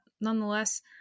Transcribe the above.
nonetheless